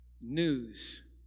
News